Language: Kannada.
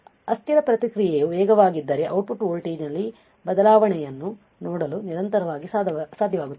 ಆದ್ದರಿಂದ ಅಸ್ಥಿರ ಪ್ರತಿಕ್ರಿಯೆಯು ವೇಗವಾಗಿದ್ದರೆ ಔಟ್ಪುಟ್ ವೋಲ್ಟೇಜ್ನಲ್ಲಿನ ಬದಲಾವಣೆಯನ್ನು ನೋಡಲು ನಿರಂತರವಾಗಿ ಸಾಧ್ಯವಾಗುತ್ತದೆ